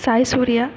Saisurya